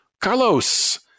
Carlos